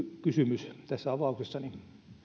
kysymys tässä avauksessani